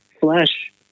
flesh